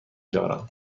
دارم